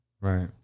Right